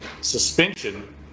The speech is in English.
suspension